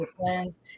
plans